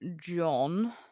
John